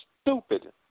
stupid